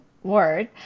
word